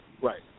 right